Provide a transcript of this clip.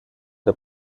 der